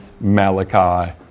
Malachi